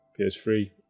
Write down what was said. PS3